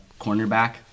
cornerback